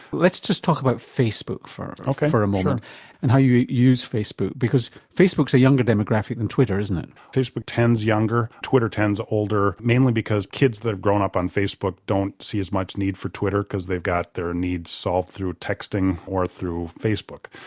let's just talk about facebook for a moment and how you use facebook because facebook is a younger demographic than twitter isn't it? facebook tends younger, twitter tends older mainly because kids that have grown up on facebook don't see as much need for twitter because they've got their needs solved through texting or through facebook.